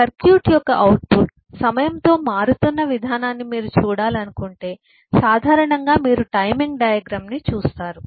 circuit యొక్క output సమయంతో మారుతున్న విధానాన్ని మీరు చూడాలనుకుంటే సాధారణంగా మీరు టైమింగ్ డయాగ్రమ్ ని చూస్తారు